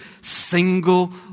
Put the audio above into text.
single